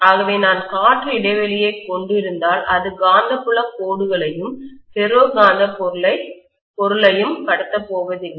ஆகவே நான் காற்று இடைவெளியைக் கொண்டிருந்தால் அது காந்தப்புலக் கோடுகளையும் ஃபெரோ காந்தப் பொருளையும் கட த்தப் போவதில்லை